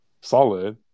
Solid